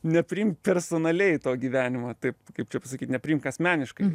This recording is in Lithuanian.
nepriimk personaliai to gyvenimo taip kaip čia pasakyt nepriimk asmeniškai